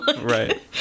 Right